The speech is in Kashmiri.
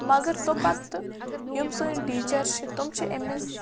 مگر توٚپتہٕ یِم سٲنۍ ٹیٖچَر چھِ تِم چھِ أمِس